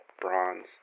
bronze